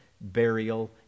burial